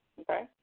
Okay